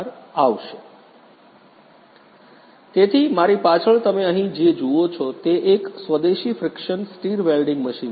vlcsnap 2019 04 26 23h39m09s088 તેથી મારી પાછળ તમે અહીં જે જુઓ છો તે એક સ્વદેશી ફ્રિકશન સ્ટિર વેલ્ડિંગ મશીન છે